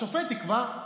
השופט יקבע.